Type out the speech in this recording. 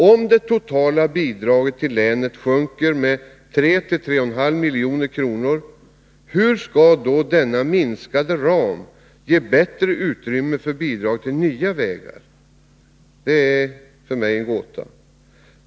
Om det totala bidraget till länet sjunker med 3-3,5 milj.kr., hur skall då denna minskade ram ge bättre utrymme för bidrag till nya vägar? Det är för mig en gåta.